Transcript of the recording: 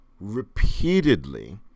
repeatedly